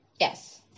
Yes